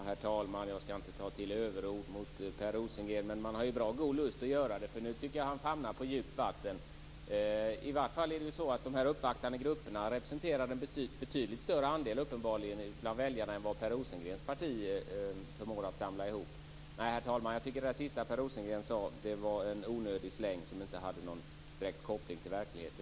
Herr talman! Jag skall inte ta till överord mot Per Rosengren, men jag har god lust att göra det, därför att nu hamnar han på djupt vatten. De uppvaktande grupperna representerar uppenbarligen en betydligt större andel bland väljarna än vad Per Rosengrens parti förmår samla ihop. Herr talman! Det Per Rosengren sade sist var en onödig släng, som inte hade någon direkt koppling till verkligheten.